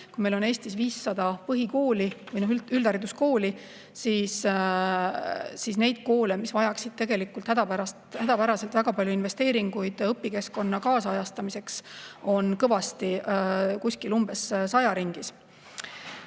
Kui meil on Eestis 500 põhikooli või üldhariduskooli, siis neid koole, mis vajaksid tegelikult hädapäraselt väga palju investeeringuid õpikeskkonna kaasajastamiseks, on kõvasti, saja ringis.